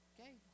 Okay